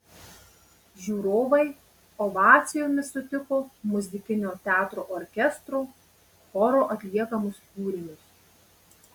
žiūrovai ovacijomis sutiko muzikinio teatro orkestro choro atliekamus kūrinius